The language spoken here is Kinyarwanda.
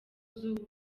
z’ubu